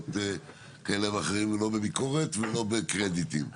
כאלה ואחרות ולא בביקורת ולא בקרדיטים.